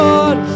Lord